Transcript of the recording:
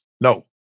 No